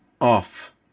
off